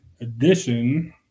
edition